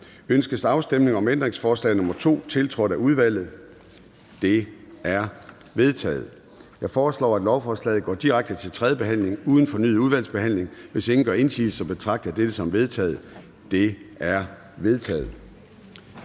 af de samme mindretal, som forkastet. Det er forkastet. Jeg foreslår, at lovforslagene går direkte til tredje behandling uden fornyet udvalgsbehandling, og hvis ingen gør indsigelse, betragter jeg dette som vedtaget. Det er vedtaget.